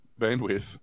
bandwidth